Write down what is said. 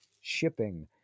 shipping